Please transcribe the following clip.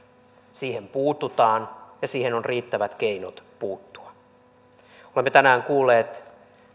siihen puututaan ja siihen on riittävät keinot puuttua me olemme tänään kuulleet